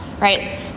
Right